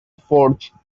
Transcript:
forge